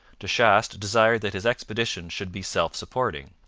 de chastes desired that his expedition should be self-supporting,